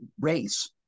race